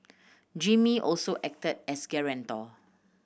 Jimmy also acted as guarantor